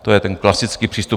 To je ten klasický přístup.